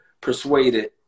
persuaded